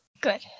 good